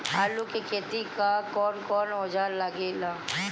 आलू के खेती ला कौन कौन औजार लागे ला?